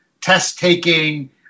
test-taking